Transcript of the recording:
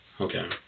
Okay